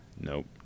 Nope